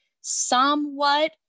somewhat